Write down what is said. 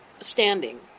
standing